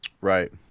right